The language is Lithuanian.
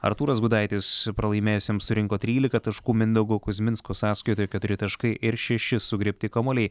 artūras gudaitis pralaimėjusiems surinko trylika taškų mindaugo kuzminsko sąskaitoj keturi taškai ir šeši sugriebti kamuoliai